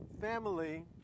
family